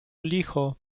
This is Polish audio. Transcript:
licho